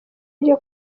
ryo